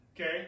Okay